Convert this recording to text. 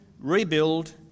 rebuild